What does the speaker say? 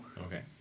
Okay